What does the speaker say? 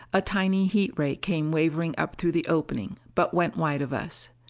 a tiny heat ray came wavering up through the opening, but went wide of us.